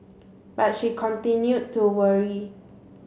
but she continued to worry